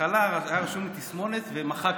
בהתחלה היה רשום לי "תסמונת" ומחקתי,